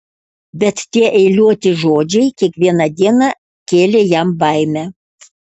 bet tie eiliuoti žodžiai kiekvieną dieną kėlė jam baimę